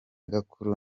gakuru